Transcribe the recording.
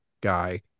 guy